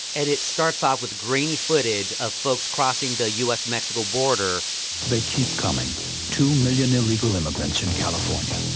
and it starts off with grainy footage of folks crossing the u s mexico border they keep coming two million illegal immigrants in california.